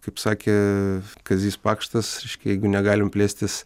kaip sakė kazys pakštas reiškia jeigu negalim plėstis